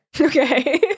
Okay